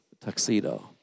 tuxedo